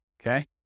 Okay